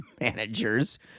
managers